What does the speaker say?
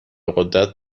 قدرت